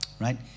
right